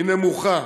היא נמוכה